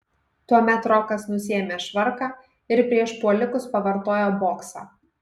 tuomet rokas nusiėmė švarką ir prieš puolikus pavartojo boksą